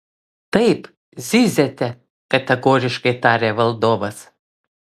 taip zyziate kategoriškai tarė valdovas